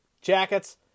Jackets